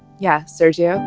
yeah. sergiusz.